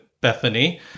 Bethany